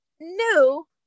new